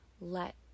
let